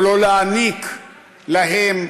או לא להעניק להם,